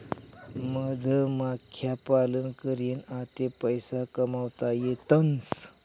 मधमाख्या पालन करीन आते पैसा कमावता येतसं